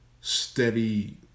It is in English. steady